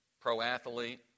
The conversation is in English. pro-athlete